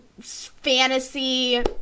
fantasy